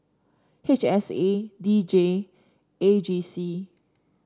H S A D J A G C